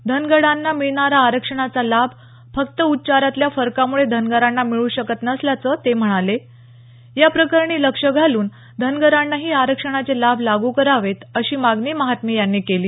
धनगडांना मिळणारा आरक्षणाचा लाभ फक्त उच्चारातल्या फरकामुळे धनगरांना मिळू शकत नसल्याचं ते म्हणाले या प्रकरणी लक्ष घालून धनगरांनाही आरक्षणाचे लाभ लागू करावेत अशी मागणी महात्मे यांनी केली